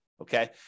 Okay